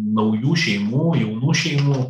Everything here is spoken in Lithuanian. naujų šeimų jaunų šeimų